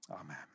Amen